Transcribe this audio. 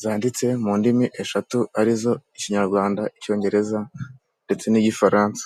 zanditse mu ndimi eshatu arizo: Ikinyarwanda, Icyongereza ndetse n'Igifaransa.